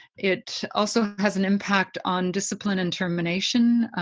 it also has an impact on discipline and termination.